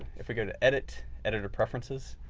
if we go to edit, editor preferences,